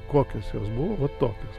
kokios jos buvo va tokios